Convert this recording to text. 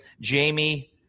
Jamie